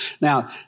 Now